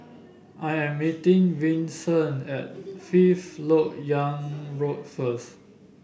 I am meeting Vicente at Fifth LoK Yang Road first